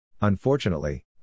Unfortunately